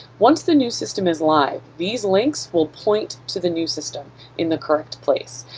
once the new system is live, these links will point to the new system in the current place,